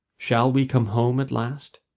shall we come home at last?